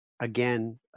Again